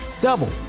double